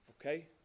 Okay